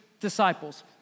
disciples